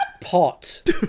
pot